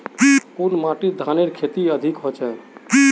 कुन माटित धानेर खेती अधिक होचे?